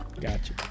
gotcha